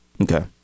Okay